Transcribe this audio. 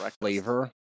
flavor